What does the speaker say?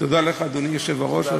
תודה לך, אדוני היושב-ראש.